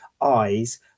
eyes